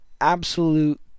absolute